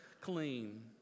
Clean